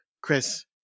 Chris